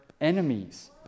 enemies